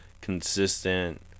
consistent